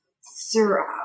Sir